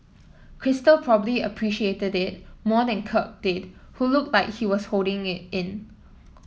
crystal probably appreciated it more than Kirk did who looked like he was holding it in